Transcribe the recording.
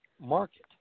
market